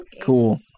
Cool